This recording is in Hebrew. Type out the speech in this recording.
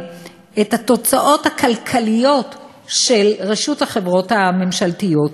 את התוצאות הכלכליות של רשות החברות הממשלתיות,